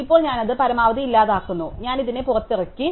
ഇപ്പോൾ ഞാൻ അത് പരമാവധി ഇല്ലാതാക്കുന്നു ഞാൻ ഇതിനെ പുറത്താക്കി